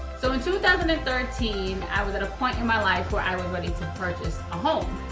so in two thousand and thirteen, i was at a point in my life where i was ready to purchase a home.